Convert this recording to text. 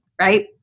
right